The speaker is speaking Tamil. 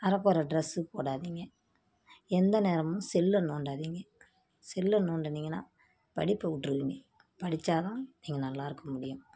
அரை குற ட்ரெஸ்ஸு போடாதீங்க எந்த நேரமும் செல்லை நோண்டாதீங்கள் செல்லை நோண்டுனீங்கன்னால் படிப்பை விட்ருவீங்க படிச்சால் தான் நீங்கள் நல்லா இருக்க முடியும்